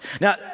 Now